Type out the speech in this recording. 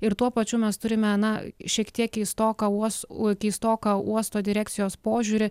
ir tuo pačiu mes turime na šiek tiek keistoką uos keistoką uosto direkcijos požiūrį